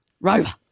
Rover